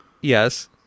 yes